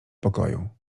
pokoju